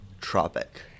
Tropic